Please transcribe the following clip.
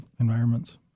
environments